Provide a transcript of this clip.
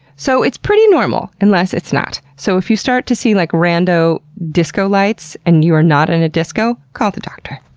so, it's pretty normal, unless it's not. so if you start to see like rando disco lights, and you are not in a disco, call the doctor.